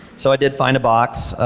so i did find a box.